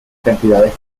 cantidades